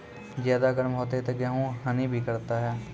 ज्यादा गर्म होते ता गेहूँ हनी भी करता है?